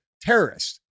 terrorists